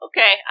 Okay